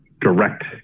direct